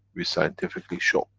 we scientifically show.